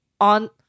on